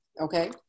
Okay